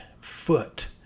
foot